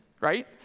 right